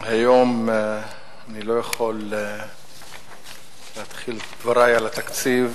אני לא יכול היום להתחיל את דברי על התקציב